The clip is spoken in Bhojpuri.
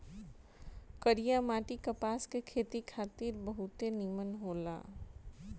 करिया माटी कपास के खेती खातिर बहुते निमन होला